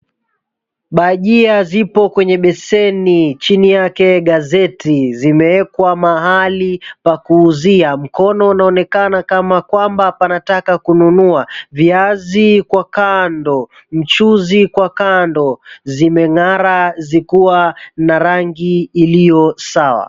Bhajia zipo kwenye beseni, chini yake gazeti zimeekwa mahali pa kuuzia. Mkono unaonekana kama kwamba panataka kununua, viazi kwa kando, mchuzi kwa kando zimeng'ara zikiwa na rangi iliyosawa.